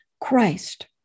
Christ